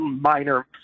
minor